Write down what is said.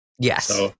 yes